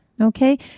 Okay